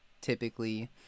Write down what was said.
typically